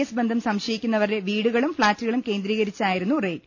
S ബന്ധം സംശയിക്കുന്നവരുടെ വീടുകളും ഫ്ളാറ്റുകളും കേന്ദ്രീകരിച്ചായിരുന്നു റെയ്ഡ്